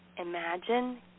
Imagine